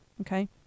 okay